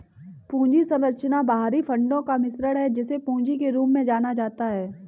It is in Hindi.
पूंजी संरचना बाहरी फंडों का मिश्रण है, जिसे पूंजी के रूप में जाना जाता है